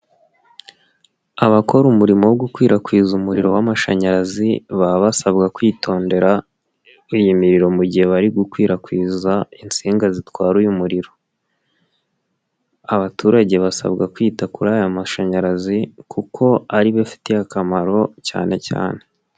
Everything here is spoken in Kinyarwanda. Abakora umurimo wo gukwirakwiza umuriro w'amashanyarazi baba basabwa kwitondera iyi miriro mu gihe bari gukwirakwiza insinga zitwara muririro. Abaturage basabwa kwita kuri aya mashanyarazi kuko ari bifitiye akamaro cyane cyane.